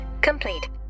complete